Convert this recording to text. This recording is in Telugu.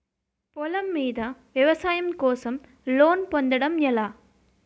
పొలం మీద వ్యవసాయం కోసం లోన్ పొందటం ఎలా?